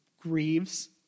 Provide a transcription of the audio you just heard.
grieves